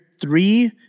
three